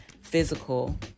physical